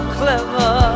clever